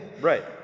right